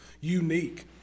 unique